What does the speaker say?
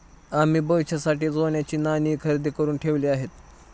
आम्ही भविष्यासाठी सोन्याची नाणी खरेदी करुन ठेवली आहेत